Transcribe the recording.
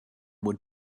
would